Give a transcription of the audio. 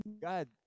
god